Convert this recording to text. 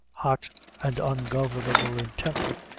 hot and ungovernable in temper,